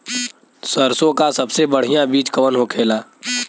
सरसों का सबसे बढ़ियां बीज कवन होखेला?